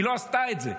היא לא עשתה את זה.